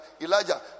Elijah